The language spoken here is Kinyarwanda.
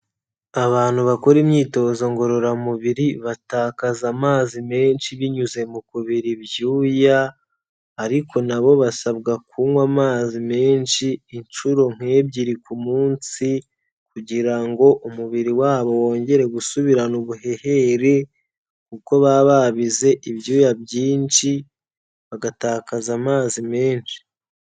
Abantu bakora imyitozo ngororamubiri batakaza amazi menshi binyuze mu kubira ibyuya, ariko n'abo basabwa kunywa amazi menshi inshuro nk'ebyiri ku munsi, kugira ngo umubiri wabo wongere gusubirana ubuhehere kuko baba babize ibyuya byinshi bagatakaza amazi menshi.